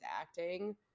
acting